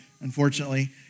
unfortunately